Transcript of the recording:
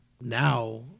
Now